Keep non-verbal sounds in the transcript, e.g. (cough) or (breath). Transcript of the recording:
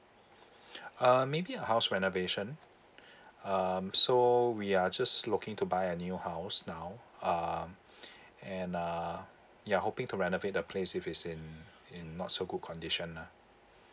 (breath) um maybe a house renovation (breath) um so we are just looking to buy a new house now um (breath) and uh ya hoping to renovate the place if it's in in not so good condition lah